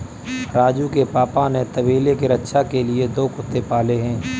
राजू के पापा ने तबेले के रक्षा के लिए दो कुत्ते पाले हैं